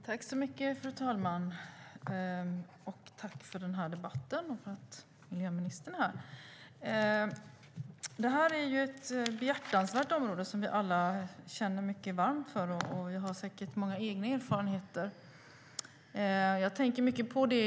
Fru talman! Tack för debatten hittills! Det här är ett behjärtansvärt område som vi alla känner mycket varmt för. Vi har säkert alla många egna erfarenheter.